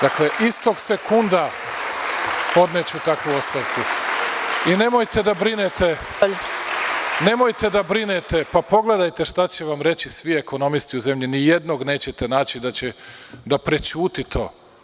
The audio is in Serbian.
Dakle, istog sekunda podneću takvu ostavku i nemojte da brinete, pogledajte šta će vam reći svi ekonomisti u zemlji, ni jednog nećete naći da će da prećuti to.